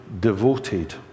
devoted